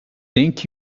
thank